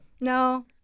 No